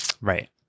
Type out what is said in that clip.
Right